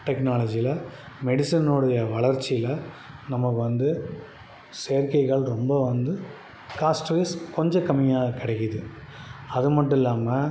டெக்னாலஜியில் மெடிசின்னுடைய வளர்ச்சியில் நம்ம வந்து செயற்கை கால் ரொம்ப வந்து காஸ்ட் வைஸ் கொஞ்சம் கம்மியாக கிடைக்கிது அது மட்டும் இல்லாமல்